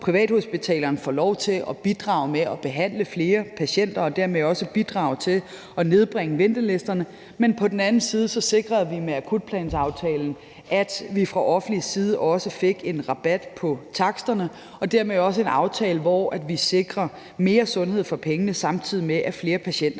privathospitalerne får lov til at bidrage med at behandle flere patienter og dermed også at bidrage til at nedbringe ventelisterne, men på den anden side sikrede vi med akutplansaftalen, at vi fra offentlig side også fik en rabat på taksterne og dermed også en aftale, hvor vi sikrer mere sundhed for pengene, samtidig med at flere patienter